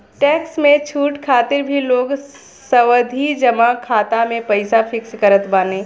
tax में छूट खातिर भी लोग सावधि जमा खाता में पईसा फिक्स करत बाने